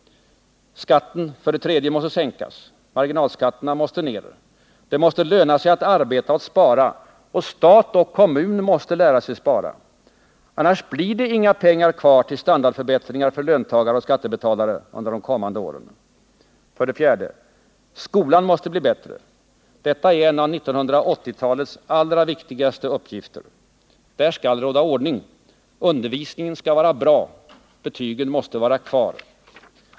3. Skatten måste sänkas. Marginalskatterna måste begränsas. Det måste löna sig att arbeta och att spara. Stat och kommun måste lära sig spara. Annars blir det inga pengar kvar till standardförbättringar för löntagare och skattebetalare under de kommande åren. 4. Skolan måste bli bättre. Detta är en av 1980-talets allra viktigaste uppgifter. Där skall råda ordning. Undervisningen skall vara bra. Betygen måste vara kvar. 5.